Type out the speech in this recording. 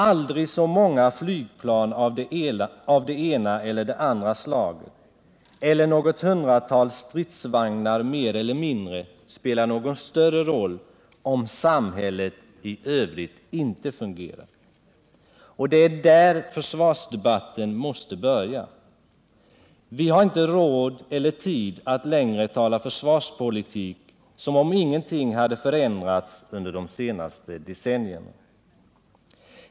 Aldrig så många flygplan av det ena eller det andra slaget eller något hundratal stridsvagnar mer eller mindre spelar någon större roll, om samhället i övrigt inte fungerar. Det är där försvarsdebatten måste börja. Vi har inte råd eller tid att längre tala försvarspolitik som om ingenting hade förändrats under de senaste decennierna.